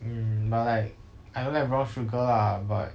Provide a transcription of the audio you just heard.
mm but like I don't like brown sugar lah but